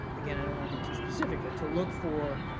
again, i don't want to be too specific, but to look for